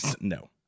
No